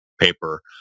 paper